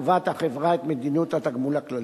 קובעת החברה את מדיניות התגמול הכללי.